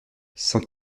cent